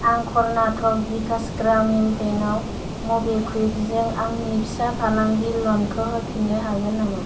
आं कर्नाटक विकास ग्रामिन बेंक आव मबिकुइकजों आंनि फिसा फालांगि ल'नखौ होफिन्नो हागोन नामा